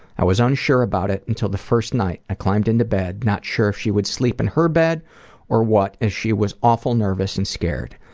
i was unsure about it until the first night. i climbed into bed not sure if she would sleep in her bed or what as she was awful nervous and scared.